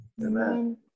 Amen